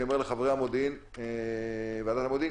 אני אומר לחברי ועדת המודיעין,